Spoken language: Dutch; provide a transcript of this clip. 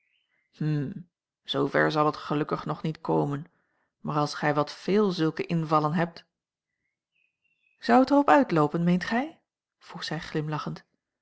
hm zoover zal het gelukkig nog niet komen maar als gij wat veel zulke invallen hebt zou het er op uitloopen meent gij vroeg zij glimlachend